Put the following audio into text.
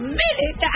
minute